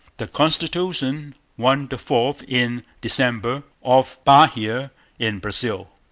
the constitution won the fourth in december, off bahia in brazil,